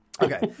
Okay